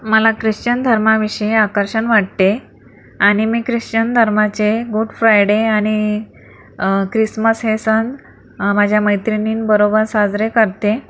मला ख्रिश्चन धर्माविषयी आकर्षण वाटते आणि मी ख्रिश्चन धर्माचे गुड फ्रायडे आणि क्रिसमस हे सण माझ्या मैत्रिणींबरोबर साजरे करते